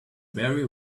very